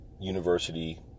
university